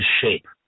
shape